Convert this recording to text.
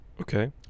Okay